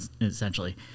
essentially